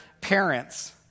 parents